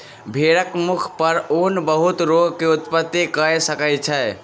भेड़क मुख पर ऊन बहुत रोग के उत्पत्ति कय सकै छै